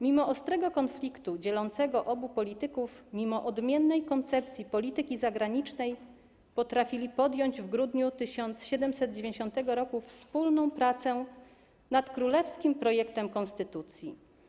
Mimo ostrego konfliktu dzielącego obu polityków, mimo odmiennej koncepcji polityki zagranicznej potrafili podjąć w grudniu 1790 r. wspólną pracę nad królewskim projektem konstytucji.